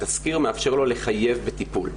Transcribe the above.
התסקיר מאפשר לו לחייב בטיפול.